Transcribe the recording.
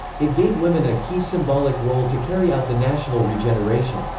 it gave women a key symbolic role to carry out the national regeneration.